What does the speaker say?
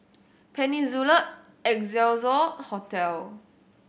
Peninsula Excelsior Hotel